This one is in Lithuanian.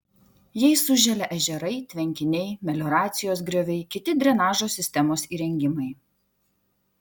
jais užželia ežerai tvenkiniai melioracijos grioviai kiti drenažo sistemos įrengimai